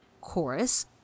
Chorus